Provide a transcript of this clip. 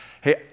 hey